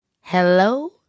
Hello